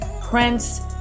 Prince